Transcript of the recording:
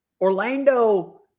Orlando